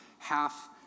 half